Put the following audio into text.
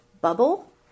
bubble